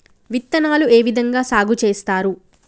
విత్తనాలు ఏ విధంగా సాగు చేస్తారు?